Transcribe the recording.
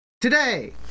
Today